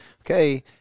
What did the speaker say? okay